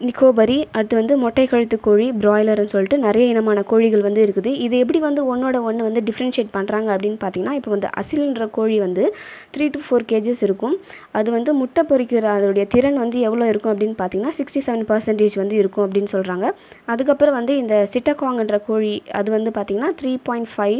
நிக்கோபரி அடுத்து வந்து மொட்டை கழுத்து கோழி பிராய்லர்னு சொல்லி விட்டு நிறைய இனமான கோழிகள் வந்து இருக்குது இது எப்படி வந்து ஒன்றோட ஒன்று வந்து டிஃப்ரன்ஷியேட் பண்றாங்க அப்படின்னு பார்த்திங்கன்னா இப்போ வந்து அசில் என்ற கோழி வந்து த்ரீ டூ ஃபோர் கேஜிஸ் இருக்கும் அது வந்து முட்டை பொரிக்கின்ற அதனுடைய திறன் வந்து எவ்வளோ இருக்கும் அப்படின்னு பார்த்திங்கன்னா சிக்ஸ்டி செவன் பெர்சன்ட்டேஜ் வந்து இருக்கும் அப்படின்னு சொல்கிறாங்க அதுக்கு அப்பறம் வந்து இந்த சிட்டகாங் என்ற கோழி அது வந்து பார்த்திங்கன்னா த்ரீ பாய்ண்ட் ஃபைவ்